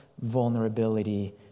vulnerability